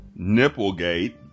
Nipplegate